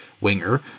winger